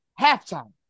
halftime